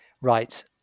right